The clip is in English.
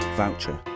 voucher